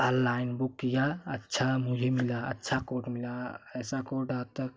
online book किया अच्छा मुझे मिला अच्छा कोट मिला ऐसा कोट आजतक